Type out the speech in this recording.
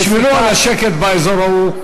תשמרו על השקט באזור ההוא.